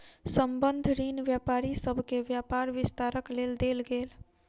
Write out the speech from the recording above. संबंद्ध ऋण व्यापारी सभ के व्यापार विस्तारक लेल देल गेल